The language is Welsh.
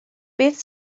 beth